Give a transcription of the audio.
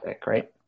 great